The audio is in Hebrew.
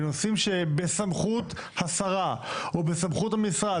בנושאים שבסמכותה של השרה או בסמכות המשרד.